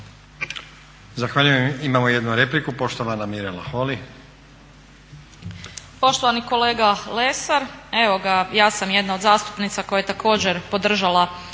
Zahvaljujem. Imamo jednu repliku poštovana Mirela Holy.